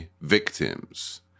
victims